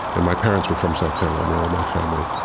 and my parents were from south carolina, all my family.